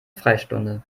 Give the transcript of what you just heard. freistunde